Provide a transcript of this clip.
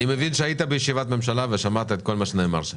מבין שהיית בישיבת הממשלה ושמעת את כל מה שנאמר שם.